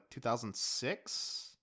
2006